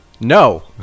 No